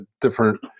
different